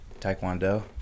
taekwondo